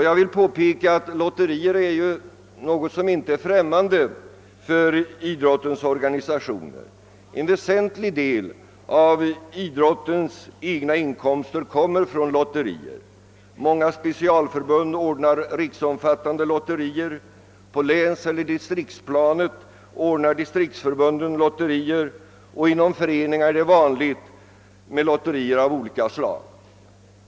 Jag vill påpeka att lotterier är något som inte är främmande för idrottens organisationer. En väsentlig del av idrottens egna inkomster kommer just från lotterier. Många specialförbund ordnar riksomfattande lotterier. På länseller distriktsplanet ordnar distriktsförbunden lotterier, och inom föreningar är det vanligt med lotterier av olika slag.